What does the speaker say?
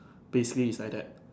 basically is like that